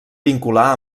vincular